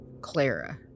Clara